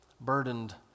burdened